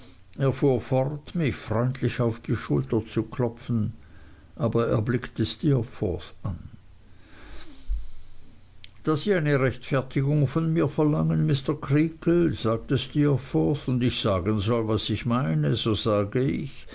fuhr fort mich freundlich auf die schulter zu klopfen aber er blickte steerforth an da sie eine rechtfertigung von mir verlangen mr creakle sagte steerforth und ich sagen soll was ich meine so sage ich